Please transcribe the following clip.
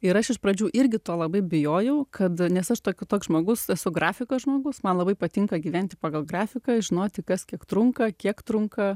ir aš iš pradžių irgi to labai bijojau kad nes aš tokių toks žmogus su grafiko žmogus man labai patinka gyventi pagal grafiką žinoti kas kiek trunka kiek trunka